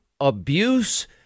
abuse